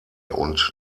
und